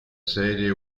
serie